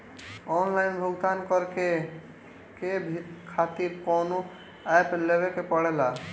Online भुगतान करके के खातिर कौनो ऐप लेवेके पड़ेला?